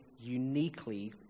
uniquely